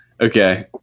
Okay